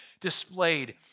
displayed